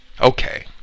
okay